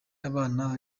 abana